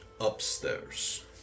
upstairs